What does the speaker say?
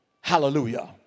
Hallelujah